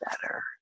better